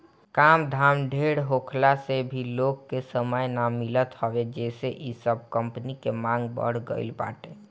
काम धाम ढेर होखला से भी लोग के समय ना मिलत हवे जेसे इ सब कंपनी के मांग बढ़ गईल बाटे